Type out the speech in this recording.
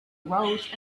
roads